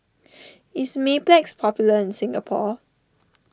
is Mepilex popular in Singapore